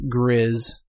Grizz